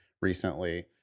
recently